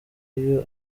iyo